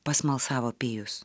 pasmalsavo pijus